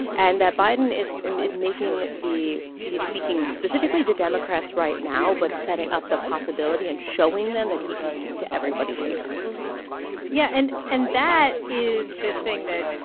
and that biden is um is making the he's speaking specifically to democrats right now but setting up the possibility and showing them that he can speak to everybody later yeah. and and that is this thing that,